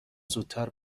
زودتر